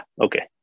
okay